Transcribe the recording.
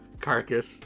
carcass